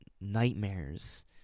nightmares